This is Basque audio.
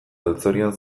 galtzorian